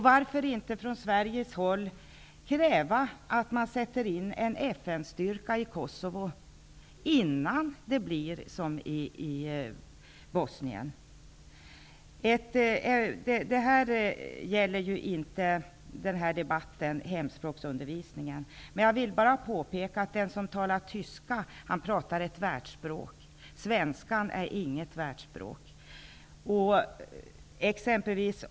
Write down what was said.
Varför inte från svenskt håll kräva att man sätter in en FN-styrka i Kosovo, innan det blir som i Bosnien? Det här är inte en debatt om hemspråksundervisningen, men jag vill påpeka att den som talar tyska talar ett världsspråk. Svenskan är inget världsspråk.